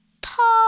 Paul